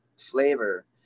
flavor